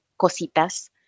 cositas